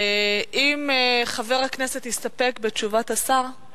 אם חבר הכנסת מסתפק בתשובת השר לא